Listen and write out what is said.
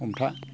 हमथा